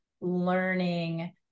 learning